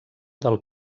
del